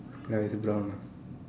ya is brown ah